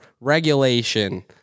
regulation